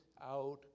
out